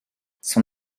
son